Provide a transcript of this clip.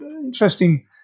interesting